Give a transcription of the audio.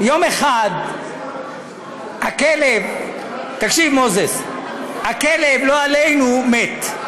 יום אחד, הכלב, תקשיב, מוזס, הכלב, לא עלינו, מת.